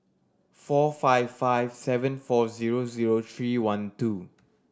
four five five seven four zero zero three one two